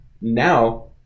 now